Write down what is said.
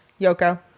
yoko